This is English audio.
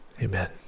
Amen